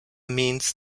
means